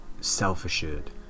self-assured